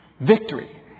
victory